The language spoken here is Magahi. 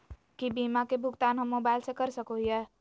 की बीमा के भुगतान हम मोबाइल से कर सको हियै?